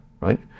right